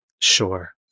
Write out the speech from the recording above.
Sure